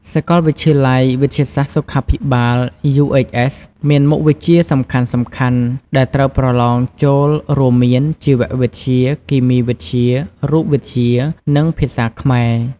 សាកលវិទ្យាល័យវិទ្យាសាស្ត្រសុខាភិបាល UHS មានមុខវិជ្ជាសំខាន់ៗដែលត្រូវប្រឡងចូលរួមមាន ជីវវិទ្យា គីមីវិទ្យា រូបវិទ្យា និងភាសាខ្មែរ។